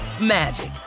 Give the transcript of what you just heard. magic